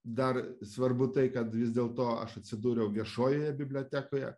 dar svarbu tai kad vis dėlto aš atsidūriau viešojoje bibliotekoje